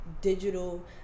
digital